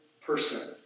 person